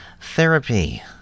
Therapy